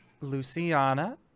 luciana